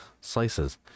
slices